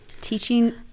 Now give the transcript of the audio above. teaching